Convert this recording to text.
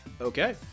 Okay